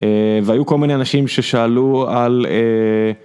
והיו כל מיני אנשים ששאלו על...